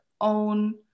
own